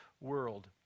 world